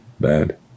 bad